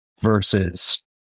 versus